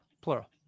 Plural